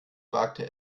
wagte